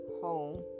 home